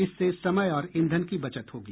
इससे समय और ईधन की बचत होगी